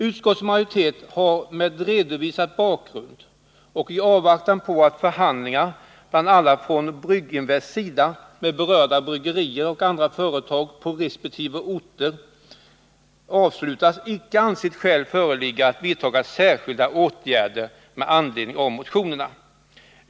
Utskottets majoritet har med den redovisade bakgrunden och i avvaktan på att förhandlingar, bl.a. från Brygginvests sida, med berörda bryggerier och andra företag på resp. orter avslutas inte ansett skäl föreligga att vidta särskilda åtgärder med anledning av motionerna.